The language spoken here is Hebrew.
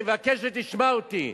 אני מבקש שתשמע אותי,